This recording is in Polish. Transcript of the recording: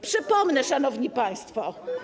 Przypomnę, szanowni państwo.